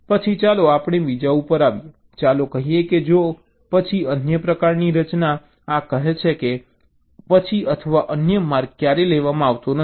પછી ચાલો આપણે બીજા ઉપર આવીએ ચાલો કહીએ કે જો પછી અન્ય પ્રકારની રચના આ કહે છે કે પછી અથવા અન્ય માર્ગ ક્યારેય લેવામાં આવતો નથી